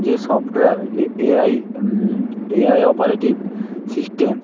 যে সফটওয়্যার যে AI AI operative system